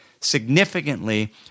significantly